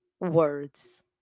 Words